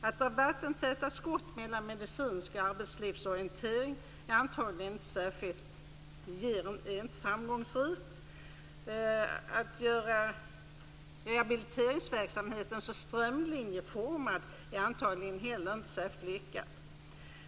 Att dra vattentäta skott mellan medicinsk och arbetslivsmässig orientering är inte framgångsrikt. Att göra rehabiliteringsverksamheten strömlinjeformad är antagligen inte heller särskilt lyckat.